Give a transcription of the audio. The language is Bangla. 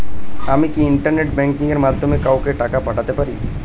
আমি কি ইন্টারনেট ব্যাংকিং এর মাধ্যমে কাওকে টাকা পাঠাতে পারি?